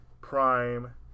Prime